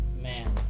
man